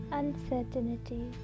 uncertainty